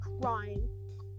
crying